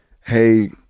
hey